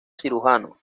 cirujano